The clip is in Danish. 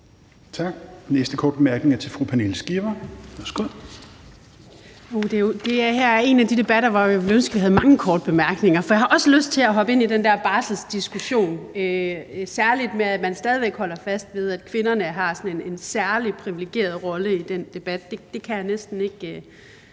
Skipper. Værsgo. Kl. 11:43 Pernille Skipper (EL): Det her er en af de debatter, hvor jeg ville ønske vi havde mange korte bemærkninger, for jeg har også lyst til at hoppe ind i den der barselsdiskussion, særlig det med, at man stadig væk holder fast ved, at kvinderne har sådan en særlig privilegeret rolle i den debat – det kan jeg næsten ikke